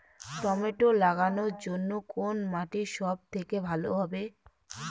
Tomato লাগানোর জন্যে কোন মাটি সব থেকে ভালো হবে?